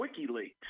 WikiLeaks